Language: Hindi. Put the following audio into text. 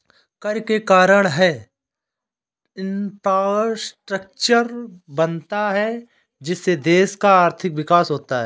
कर के कारण है इंफ्रास्ट्रक्चर बनता है जिससे देश का आर्थिक विकास होता है